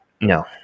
No